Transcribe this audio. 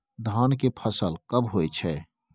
धान के फसल कब होय छै?